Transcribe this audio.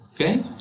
okay